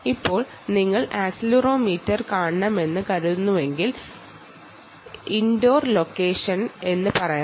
ഇപ്പോൾ നിങ്ങൾ ആക്സിലറോമീറ്റർ കാണണമെന്ന് കരുതുന്നുവെങ്കിൽ നമുക്ക് അതിനെ ഇൻഡോർ ലോക്കലൈസേഷൻ എന്ന് വിളിക്കാം